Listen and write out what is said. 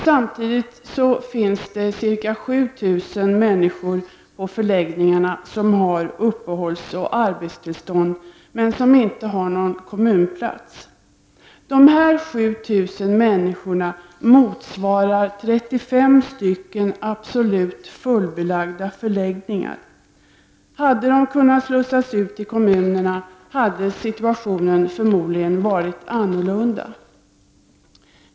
Samtidigt finns det ca 7000 människor på förläggningarna som har uppehållsoch arbetstillstånd, men som inte har någon kommunplats. Dessa ca 7000 människor motsvarar 35 helt fullbelagda förläggningar. Hade de kunnat slussas ut i kommunerna, hade situationen förmodligen varit en annan.